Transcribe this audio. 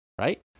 right